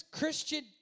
Christian